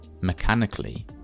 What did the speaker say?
mechanically